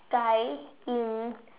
guy in